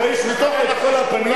אחרי --- את כל הפנים,